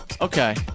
Okay